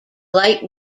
light